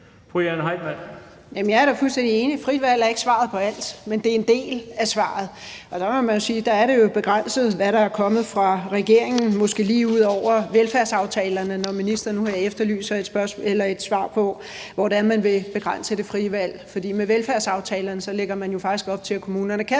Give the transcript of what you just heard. Jeg er da fuldstændig enig i, at frit valg ikke er svaret på alt, men det er en del af svaret. Og der må man jo sige, at det er begrænset, hvad der er kommet fra regeringen, måske lige ud over velfærdsaftalerne – apropos at ministeren nu efterlyser et svar på, hvor vi ser den vil begrænse det frie valg. For med velfærdsaftalerne lægger man jo faktisk op til, at kommunerne kan